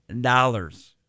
dollars